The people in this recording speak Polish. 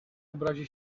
obrazi